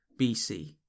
BC